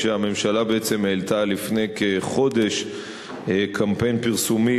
שהממשלה בעצם העלתה לפני כחודש קמפיין פרסומי